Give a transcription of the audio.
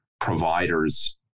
providers